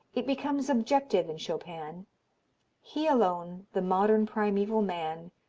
it becomes objective in chopin he alone, the modern primeval man,